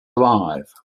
alive